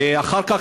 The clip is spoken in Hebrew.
ואחר כך,